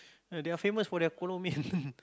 they are famous for their Kolo Mian